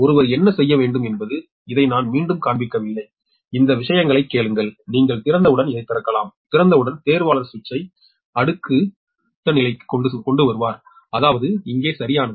ஒருவர் என்ன செய்ய முடியும் என்பது இதை நான் மீண்டும் காண்பிக்கவில்லை இந்த விஷயங்களைக் கேளுங்கள் நீங்கள் திறந்தவுடன் இதைத் திறக்கலாம் திறந்தவுடன் தேர்வாளர் சுவிட்சை அடுத்த நிலைக்கு கொண்டு வருவார் அதாவது இங்கே சரியானது